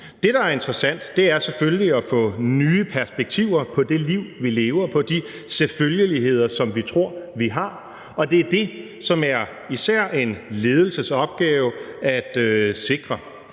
Det, der er interessant, er selvfølgelig at få nye perspektiver på det liv, vi lever, og på de selvfølgeligheder, som vi tror vi har. Det er det, som det især er en ledelses opgave at sikre.